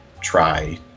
try